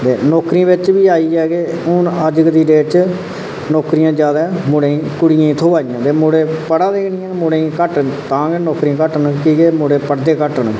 ते नौकरियें बिच आइया कि अज्ज दी डेट बिच ते नौकरियां कुड़ियें गी जादै थ्होआ दियां न ते मुड़े जादै पढ़ा दे निं हैन ते मुड़ें गी नौकरी तां गै घट्ट की के मुड़े जादै पढ़दे निं हैन